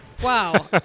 Wow